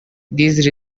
these